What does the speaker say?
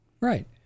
right